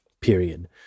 period